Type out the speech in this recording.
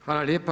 Hvala lijepa.